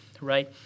right